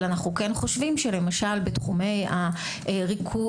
אבל אנחנו כן חושבים שלמשל בתחומי המחול,